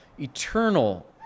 Eternal